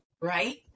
right